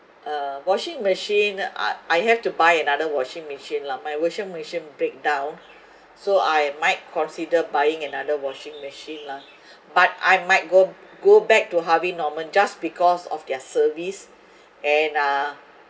uh washing machine I I have to buy another washing machine lah my washing machine break down so I might consider buying another washing machine lah but I might go go back to harvey norman just because of their service and uh